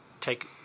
take